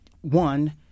one